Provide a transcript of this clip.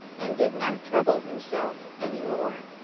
and did not trouble himself any more.